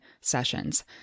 sessions